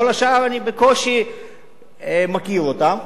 כל השאר, אני בקושי מכיר אותן.